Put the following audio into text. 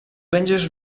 będziesz